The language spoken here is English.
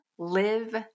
live